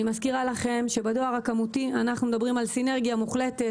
אני מזכירה לכם שבדואר הכמותי אנחנו מדברים על סינרגיה מוחלטת